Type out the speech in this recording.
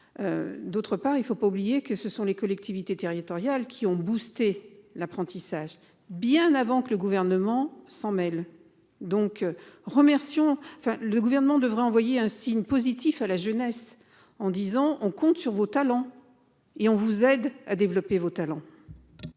D'autre part il ne faut pas oublier que ce sont les collectivités territoriales qui ont boosté l'apprentissage bien avant que le gouvernement s'en mêle donc remercions. Enfin, le gouvernement devrait envoyer un signe positif à la jeunesse en disant, on compte sur vos talons et on vous aide à développer vos talents.